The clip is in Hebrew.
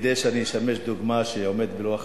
כדי שאשמש דוגמה למי שעומד בלוח הזמנים,